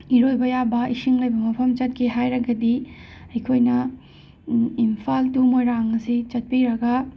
ꯏꯔꯣꯏꯕ ꯌꯥꯕ ꯏꯁꯤꯡ ꯂꯩꯕ ꯃꯐꯝ ꯆꯠꯀꯦ ꯍꯥꯏꯔꯒꯗꯤ ꯑꯩꯈꯣꯏꯅ ꯏꯝꯐꯥꯜ ꯇꯨ ꯃꯣꯏꯔꯥꯡ ꯑꯁꯤ ꯆꯠꯄꯤꯔꯒ